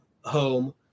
home